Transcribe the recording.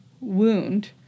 wound